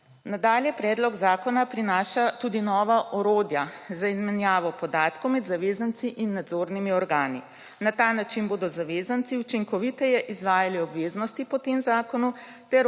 Nadalje predlog zakona prinaša tudi nova orodja za menjavo podatkov med zavezanci in nadzornimi organi. Na ta način bodo zavezanci učinkoviteje izvajali obveznosti po tem zakonu